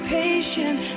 patient